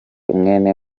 mwene